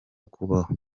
kubaho